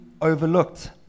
overlooked